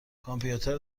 کامپیوتر